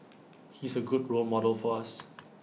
he's A good role model for us